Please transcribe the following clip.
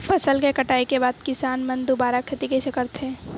फसल के कटाई के बाद किसान मन दुबारा खेती कइसे करथे?